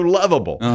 lovable